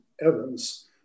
Evans